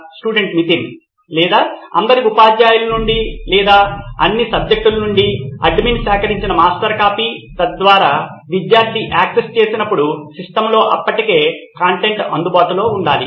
student నితిన్ లేదా అందరి ఉపాధ్యాయుల నుండి లేదా అన్ని సబ్జెక్టుల నుండి అడ్మిన్ సేకరించిన మాస్టర్ కాపీ తద్వారా విద్యార్థి యాక్సెస్ చేసినప్పుడు సిస్టమ్లో అప్పటికే కంటెంట్ అందుబాటులో ఉండాలి